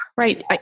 Right